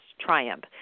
triumph